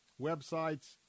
websites